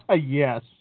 Yes